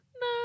No